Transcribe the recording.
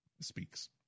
speaks